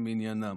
למניינם: